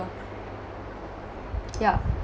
ya